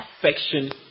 affection